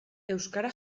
euskara